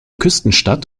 küstenstadt